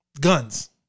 guns